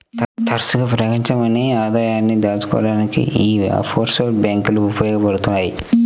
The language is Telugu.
తరచుగా ప్రకటించని ఆదాయాన్ని దాచుకోడానికి యీ ఆఫ్షోర్ బ్యేంకులు ఉపయోగించబడతయ్